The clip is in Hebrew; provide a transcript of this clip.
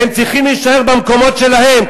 והם צריכים להישאר במקומות שלהם.